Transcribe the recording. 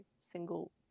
single